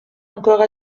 encore